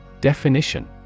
Definition